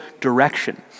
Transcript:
direction